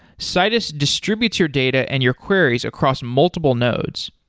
citus distributes your data and your queries across multiple nodes.